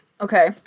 Okay